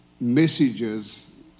messages